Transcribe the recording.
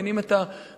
מבינים את הרגישויות,